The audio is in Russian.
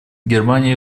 германия